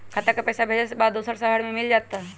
खाता के पईसा भेजेए के बा दुसर शहर में मिल जाए त?